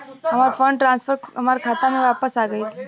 हमार fund transfer हमार खाता में वापस आ गइल